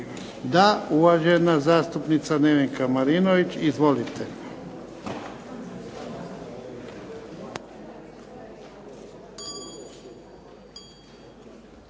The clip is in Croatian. Da. Uvažena zastupnica Nevenka Marinović. Izvolite.